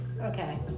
okay